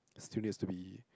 still needs to be